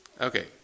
Okay